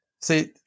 See